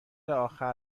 آخر